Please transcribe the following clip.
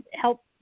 help